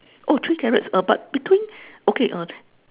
oh three carrots uh but between okay uh